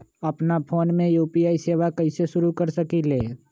अपना फ़ोन मे यू.पी.आई सेवा कईसे शुरू कर सकीले?